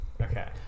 Okay